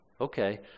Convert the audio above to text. Okay